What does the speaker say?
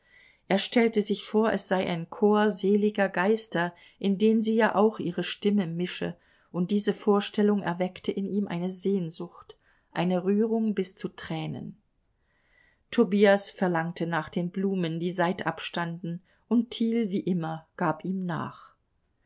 er stellte sich vor es sei ein chor seliger geister in den sie ja auch ihre stimme mische und diese vorstellung erweckte in ihm eine sehnsucht eine rührung bis zu tränen tobias verlangte nach den blumen die seitab standen und thiel wie immer gab ihm nach